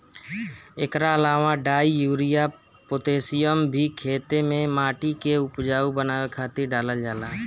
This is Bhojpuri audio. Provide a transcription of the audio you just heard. एकरा अलावा डाई, यूरिया, पोतेशियम भी खेते में माटी के उपजाऊ बनावे खातिर डालल जाला